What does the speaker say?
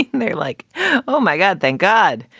they're like, oh, my god, thank god.